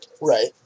Right